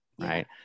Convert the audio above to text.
right